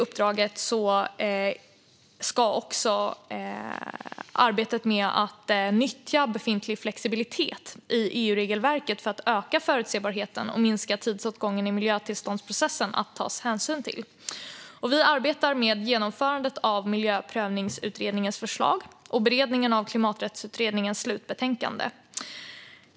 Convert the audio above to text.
I uppdraget ska också ingå att nyttja befintlig flexibilitet i EU-regelverket för att öka förutsebarheten och minska tidsåtgången i miljötillståndsprocessen. Vi arbetar också med genomförandet av Miljöprövningsutredningens förslag och beredningen av Klimaträttsutredningens slutbetänkande.